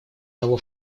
того